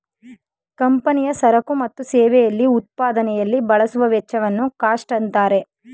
ಕಂಪನಿಯ ಸರಕು ಮತ್ತು ಸೇವೆಯಲ್ಲಿ ಉತ್ಪಾದನೆಯಲ್ಲಿ ಬಳಸುವ ವೆಚ್ಚವನ್ನು ಕಾಸ್ಟ್ ಅಂತಾರೆ